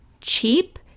cheap